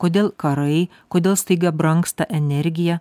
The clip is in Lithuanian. kodėl karai kodėl staiga brangsta energija